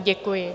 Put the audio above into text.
Děkuji.